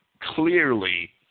clearly